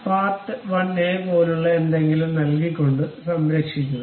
അതിനാൽ part 1 A പോലുള്ള എന്തെങ്കിലും നൽകിക്കൊണ്ട് സംരക്ഷിക്കുക